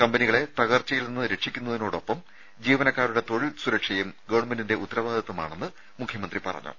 കമ്പനികളെ തകർച്ചയിൽനിന്ന് രക്ഷിക്കുന്നതിനൊപ്പം ജീവനക്കാരുടെ തൊഴിൽ സുരക്ഷയും ഉത്തരവാദിത്വമാണെന്ന് മുഖ്യമന്ത്രി പറഞ്ഞു